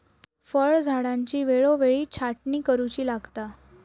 फळझाडांची वेळोवेळी छाटणी करुची लागता